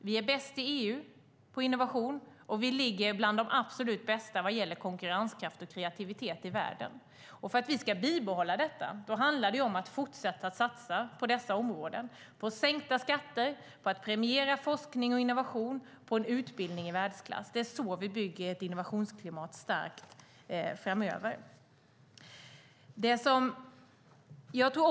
Vi är bäst i EU på innovation, och vi ligger bland de absolut bästa vad gäller konkurrenskraft och kreativitet i världen. För att vi ska bibehålla detta handlar det om att fortsätta att satsa på dessa områden med sänkta skatter, att premiera forskning och innovation och en utbildning i världsklass. Det är så vi bygger ett starkt innovationsklimat framöver.